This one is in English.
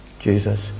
Jesus